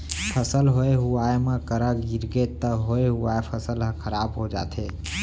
फसल होए हुवाए म करा गिरगे त होए हुवाए फसल ह खराब हो जाथे